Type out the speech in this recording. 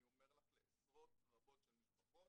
אני אומר לך, לעשרות רבות של משפחות,